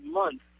month